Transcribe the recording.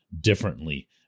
differently